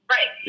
Right